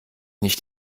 nicht